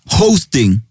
hosting